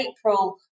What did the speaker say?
April